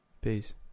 Peace